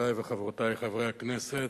חברי וחברותי חברי הכנסת,